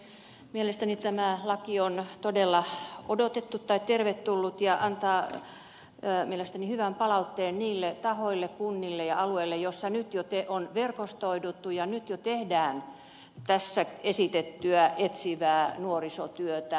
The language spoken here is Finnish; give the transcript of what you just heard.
mielestäni tämä laki on todella odotettu tai tervetullut ja antaa mielestäni hyvän palautteen niille tahoille kunnille ja alueille missä nyt jo on verkostoiduttu ja nyt jo tehdään tässä esitettyä etsivää nuorisotyötä